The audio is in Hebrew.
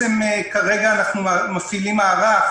כרגע אנחנו מפעילים מערך